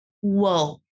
whoa